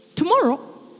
tomorrow